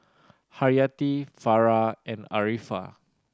Haryati Farah and Arifa